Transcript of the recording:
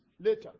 Later